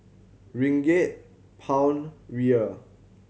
Ringgit Pound Riel